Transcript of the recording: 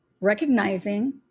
recognizing